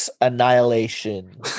Annihilation